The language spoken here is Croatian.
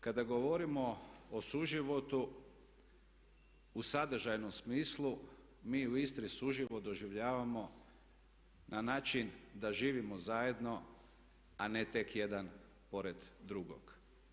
Kada govorimo o suživotu u sadržajnom smislu mi u Istri suživot doživljavamo na način da živimo zajedno, a ne tek jedan pored drugog.